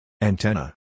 Antenna